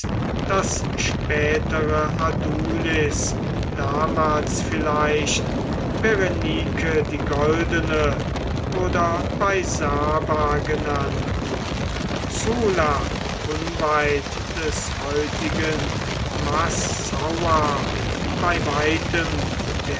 das spätere adulis damals vielleicht berenike die goldene oder bei saba genannt zula unweit des heutigen massaua bei weitem